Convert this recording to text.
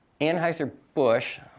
Anheuser-Busch